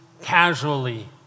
casually